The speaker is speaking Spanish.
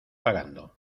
pagando